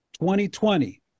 2020